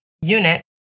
unit